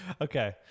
Okay